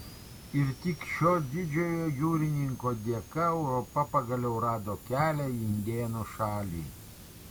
ir tik šio didžiojo jūrininko dėka europa pagaliau rado kelią į indėnų šalį